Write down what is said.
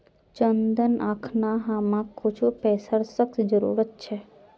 चंदन अखना हमाक कुछू पैसार सख्त जरूरत छ